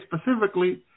specifically